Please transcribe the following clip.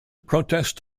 protest